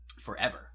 Forever